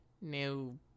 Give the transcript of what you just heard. No